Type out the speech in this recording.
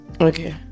Okay